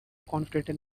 confident